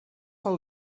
all